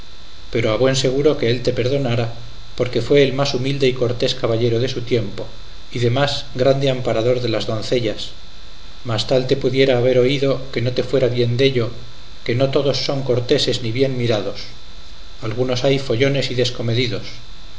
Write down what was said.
pero a buen seguro que él te perdonara porque fue el más humilde y cortés caballero de su tiempo y demás grande amparador de las doncellas mas tal te pudiera haber oído que no te fuera bien dello que no todos son corteses ni bien mirados algunos hay follones y descomedidos